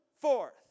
forth